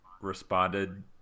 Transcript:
responded